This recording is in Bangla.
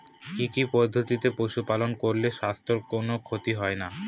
কি কি পদ্ধতিতে পশু পালন করলে স্বাস্থ্যের কোন ক্ষতি হয় না?